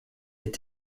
est